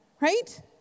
right